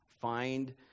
Find